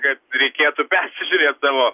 kad reikėtų persižiūrėt savo